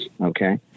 okay